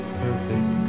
perfect